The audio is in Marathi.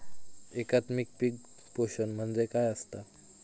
एकात्मिक पीक पोषण म्हणजे काय असतां?